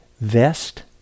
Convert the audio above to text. vest